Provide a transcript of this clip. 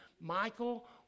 Michael